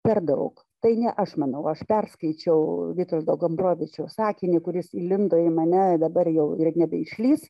per daug tai ne aš manau aš perskaičiau vitoldo gombrovičiaus sakinį kuris įlindo į mane dabar jau ir nebeišlįs